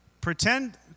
Pretend